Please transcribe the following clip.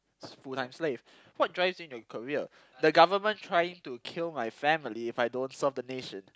full time slave what drives me in the career the government trying to kill my family if I don't serve the nation